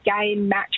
game-match